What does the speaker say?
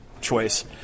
choice